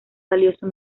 valioso